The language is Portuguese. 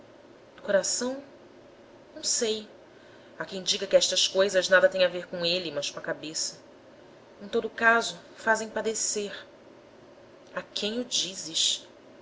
do coração não sei há quem diga que estas coisas nada tem a ver com ele mas com a cabeça em todo caso fazem padecer a quem o dizes